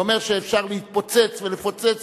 שאומר שאפשר להתפוצץ ולפוצץ,